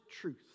truth